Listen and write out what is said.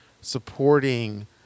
supporting